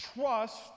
trust